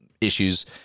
issues